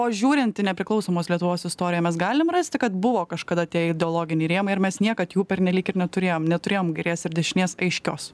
o žiūrint į nepriklausomos lietuvos istoriją mes galim rasti kad buvo kažkada tie ideologiniai rėmai ar mes niekad jų pernelyg ir neturėjom neturėjom kairės ir dešinės aiškios